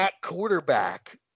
quarterback